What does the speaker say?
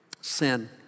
Sin